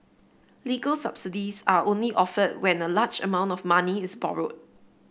legal subsidies are only offered when a large amount of money is borrowed